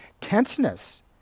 tenseness